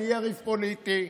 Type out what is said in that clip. אני יריב פוליטי.